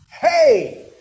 Hey